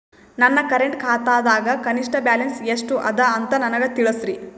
ನನ್ನ ಕರೆಂಟ್ ಖಾತಾದಾಗ ಕನಿಷ್ಠ ಬ್ಯಾಲೆನ್ಸ್ ಎಷ್ಟು ಅದ ಅಂತ ನನಗ ತಿಳಸ್ರಿ